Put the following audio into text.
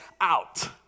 out